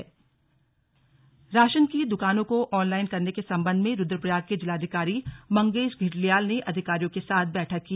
slug बैठक रुद्रप्रयाग राशन की दुकानों को ऑनलाइन करने के संबंध में रुद्रप्रयाग के जिलाधिकारी मंगेश घिल्डियाल ने अधिकारियों के साथ बैठक की